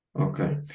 Okay